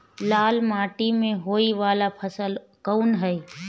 लाल मीट्टी में होए वाला फसल कउन ह?